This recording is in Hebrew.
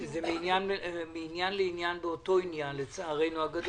זה מעניין לעניין באותו עניין, לצערי הרב.